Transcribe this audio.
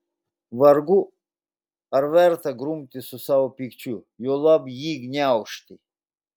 vargu ar verta grumtis su savo pykčiu juolab jį gniaužti